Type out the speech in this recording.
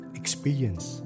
experience